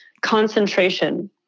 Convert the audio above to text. concentration